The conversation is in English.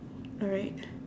alright